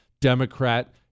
Democrat